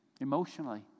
emotionally